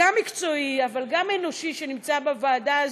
המקצועי אבל גם אנושי שנמצא בוועדה הזאת.